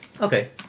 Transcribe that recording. Okay